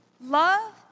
Love